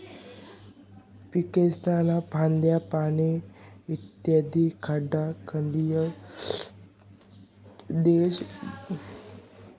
पीकेस्न्या फांद्या, पाने, इत्यादिस्ले खड्डा खंदीन त्यामा दाबी देतस ज्यानाबये कंपोस्ट खत तयार व्हस